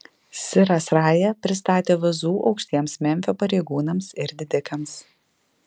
siras raja pristatė vazų aukštiems memfio pareigūnams ir didikams